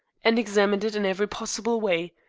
and examined it in every possible way,